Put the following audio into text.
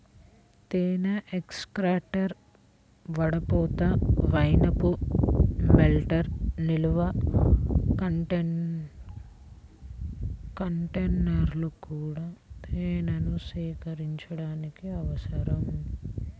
తేనె ఎక్స్ట్రాక్టర్, వడపోత, మైనపు మెల్టర్, నిల్వ కంటైనర్లు కూడా తేనెను సేకరించడానికి అవసరం